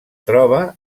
troba